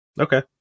Okay